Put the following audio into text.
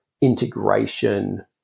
integration